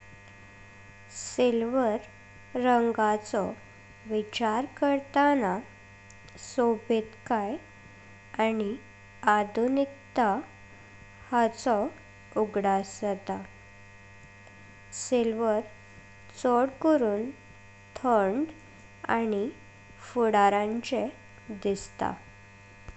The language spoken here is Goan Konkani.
सिल्वर रंगाचो विचार करताना सोबितकाय, आनी आधुनिकता हाचो उगदास जाता। सिल्वर चड करून थंड आनी फुडाराचे दिसता।